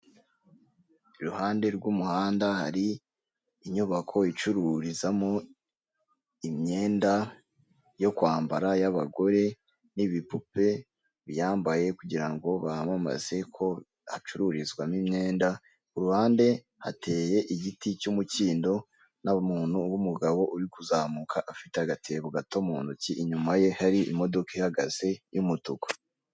Iruhande rw'umuhanda hari inyubako icururizamo imyenda yo kwambara y'abagore n'ibipupe biyambaye kugira ngo bamamaze ko hacururizwamo imyenda, ku ruhande hateye igiti cy'umukindo n'umuntu w'umugabo uri kuzamuka afite agatebo gato mu ntoki, inyuma ye hari imodoka ihagaze y'umutuku.